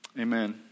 Amen